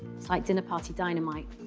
it's like dinner party dynamite.